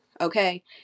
okay